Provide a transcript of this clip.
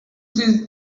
sie